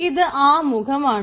ഇത് ആമുഖമാണ്